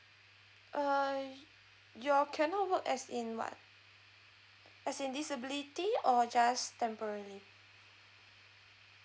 err your cannot work as in what as in disability or just temporary